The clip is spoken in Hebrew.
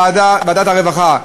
ועדת הרווחה,